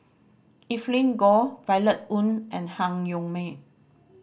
Evelyn Goh Violet Oon and Han Yong May